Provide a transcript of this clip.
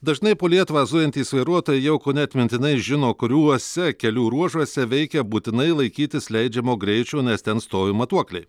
dažnai po lietuvą zujantys vairuotojai jau kone atmintinai žino kuriuose kelių ruožuose veikia būtinai laikytis leidžiamo greičio nes ten stovi matuokliai